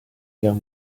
guerre